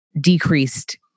decreased